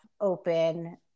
open